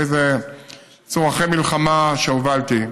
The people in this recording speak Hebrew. בקיצור, אחרי מלחמה שהובלתי,